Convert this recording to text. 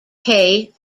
through